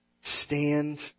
stand